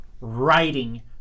writing